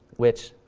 which,